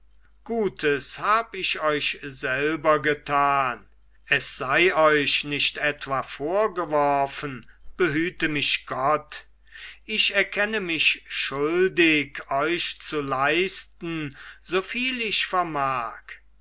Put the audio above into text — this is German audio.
gutes hab ich euch selber getan es sei euch nicht etwa vorgeworfen behüte mich gott ich erkenne mich schuldig euch zu leisten soviel ich vermag